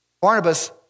Barnabas